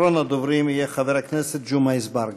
אחרון הדוברים יהיה חבר הכנסת ג'מעה אזברגה.